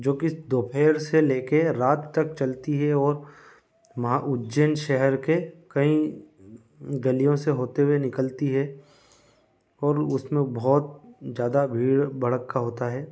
जो कि दोपहर से लेकर रात तक चलती है और महा उज्जैन शहर के कई गलियों से होते हुए निकलती है और उसमें बहुत जादा भीड़ भड़क्का होता है